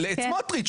את סמוטריץ',